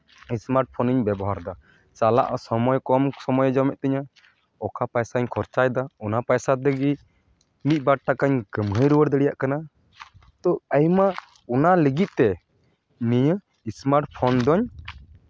smart ᱯᱷᱳᱱᱤᱧ ᱵᱮᱵᱚᱦᱟᱨᱮᱫᱟ ᱪᱟᱞᱟᱜ ᱥᱚᱢᱚᱭ ᱥᱚᱢᱚᱭ ᱦᱚᱸ ᱠᱚᱢᱮ ᱡᱚᱢᱮᱜ ᱛᱤᱧᱟ ᱚᱠᱟ ᱯᱚᱭᱥᱟᱧ ᱠᱷᱚᱨᱪᱟᱭᱮᱫᱟ ᱚᱱᱟ ᱯᱚᱭᱥᱟ ᱛᱮᱜᱮ ᱢᱤᱫ ᱵᱟᱴ ᱴᱟᱠᱟᱧ ᱠᱟᱹᱢᱦᱟᱹᱭ ᱨᱩᱣᱟᱹᱲ ᱫᱟᱲᱮᱭᱟᱜ ᱠᱟᱱᱟ ᱛᱚ ᱟᱭᱢᱟ ᱚᱱᱟ ᱞᱟᱹᱜᱤᱫ ᱛᱮ ᱱᱤᱭᱟᱹ ᱥᱢᱟᱨᱴ ᱯᱷᱳᱱ ᱫᱩᱧ